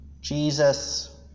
Jesus